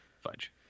Fudge